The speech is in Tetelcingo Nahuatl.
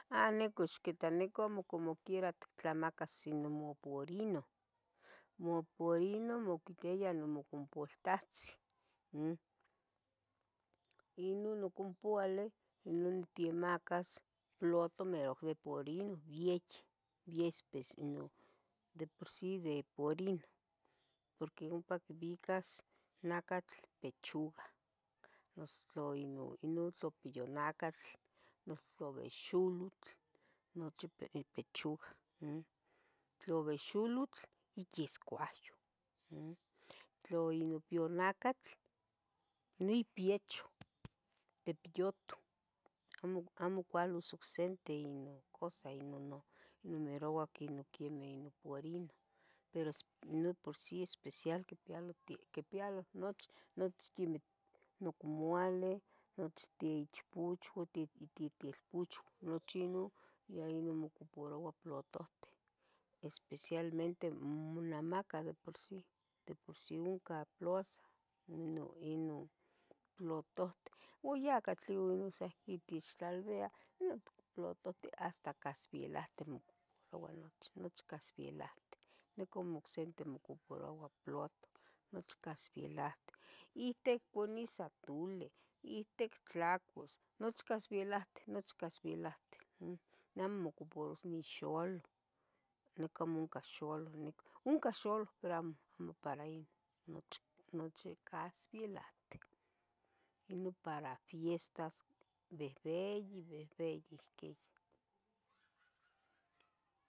A, nicon ixquito, nicon amo como quiera tictlamacas in moporinoh, moporinoh moquiteya nomocompoltahtzin umm, inon mocompoaleh inon timacas plutoh mero iporinoh viech, viespes inon de por sì, de por sì de purinoh, porque ompa quivicas nacatl pechuga, noso tlo inon, inon tlo pillonacatl, noso vexolotl nochipe ipechuga, m, tlo vexolotl iquiescuahyoh, tlo pionacatl nipiechoh tepillotuh, amo, amo cualos ocsente inon cosa, inon non nomeroua noquemeh nopurino, pero non de por sì especial quipialoti, quipialo nochi, nochi quemeh nocomualeh, nochti ichpuchuan, ti- tilpuchuan, nochi inon, ya inon mocupurua plutohtih especialmente monamaca de por sì. De por sì oncan plusah, inon, inon plutuhti. Oh, yah catli ihquin techtlalviah non plutuhtia hasta casvielanti mocoporua, nochi, nochi casviielahti nicon amo ocse mocopurua plutoh, nochi casvielahtih, ik tecunis atuli, ik tectlacos, nochi casvielahtih, nochi cavielahtih. m, amo mocuparos nixoloh, nican amo cah xoloh, nican, oncan xoloh pero amo, amo para in noch- noche casvielahtih, inon para fiestas vehveyi, vehveyi esqueyeh.